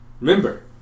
remember